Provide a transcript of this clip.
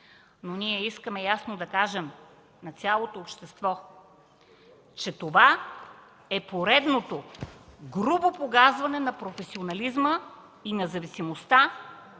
Ние искаме ясно да кажем на цялото общество, че това е поредното грубо погазване на професионализма и независимостта